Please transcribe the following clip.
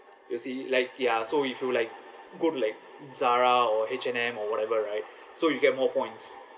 you see like ya so if you like go to like Zara or H&M or whatever right so you get more points